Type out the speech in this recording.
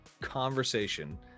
conversation